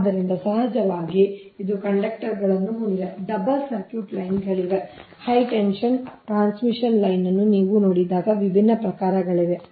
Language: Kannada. ಆದ್ದರಿಂದ ಸಹಜವಾಗಿ ಇದು ಕಂಡಕ್ಟರ್ಗಳನ್ನು ಹೊಂದಿದೆ ಡಬಲ್ ಸರ್ಕ್ಯೂಟ್ ಲೈನ್ಗಳಿವೆ ಹೈ ಟೆನ್ಷನ್ ಟ್ರಾನ್ಸ್ಮಿಷನ್ ಲೈನ್ ಅನ್ನು ನೀವು ನೋಡಿದಾಗ ವಿಭಿನ್ನ ಪ್ರಕಾರಗಳಿವೆ